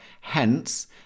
Hence